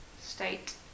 state